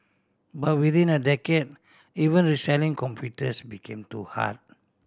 but within a decade even reselling computers became too hard